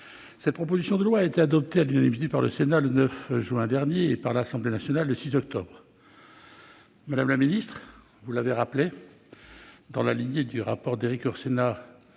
Cette proposition de loi a été adoptée à l'unanimité par le Sénat le 9 juin dernier et par l'Assemblée nationale le 6 octobre. Madame la ministre, vous avez rappelé que, dans la lignée du rapport d'Erik Orsenna